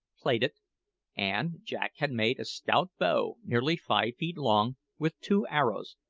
plaited and jack had made a stout bow, nearly five feet long, with two arrows,